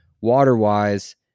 water-wise